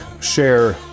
share